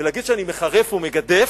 ולהגיד שאני מחרף ומגדף,